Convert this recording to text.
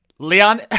Leon